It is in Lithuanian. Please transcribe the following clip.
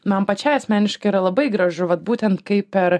man pačiai asmeniškai yra labai gražu vat būtent kai per